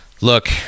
Look